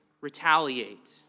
retaliate